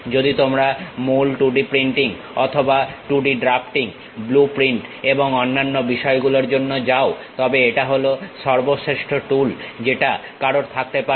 যদি তোমরা মূল 2D প্রিন্টিং অথবা 2D ড্রাফটিং ব্লু প্রিন্ট এবং অন্যান্য বিষয়গুলোর জন্য যাও তবে এটা হল সর্বশ্রেষ্ঠ টুল যেটা কারোর থাকতে পারে